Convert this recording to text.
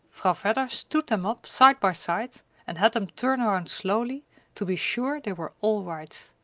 vedder stood them up side by side and had them turn around slowly to be sure they were all right.